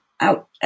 Out